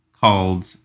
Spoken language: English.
called